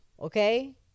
Okay